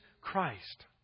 Christ